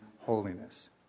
holiness